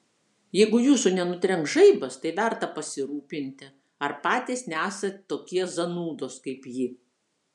jeigu jūsų nenutrenks žaibas tai verta susirūpinti ar patys nesat tokie zanūdos kaip ji